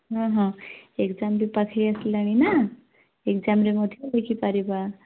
ହଁ ହଁ ଏଗଜାମ୍ ବି ପାଖେଇ ଆସିଲାଣି ନା ଏଗଜାମ୍ରେ ମଧ୍ୟ ଲେଖିପାରିବା